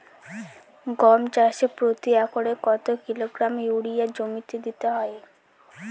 গম চাষে প্রতি একরে কত কিলোগ্রাম ইউরিয়া জমিতে দিতে হয়?